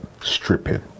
stripping